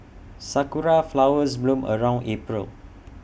Sakura Flowers bloom around April